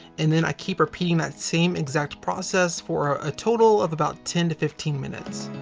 and then i keep repeating that same exact process for a total of about ten to fifteen minutes.